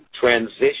Transition